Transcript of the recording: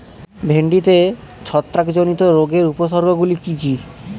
ভিন্ডিতে ছত্রাক জনিত রোগের উপসর্গ গুলি কি কী?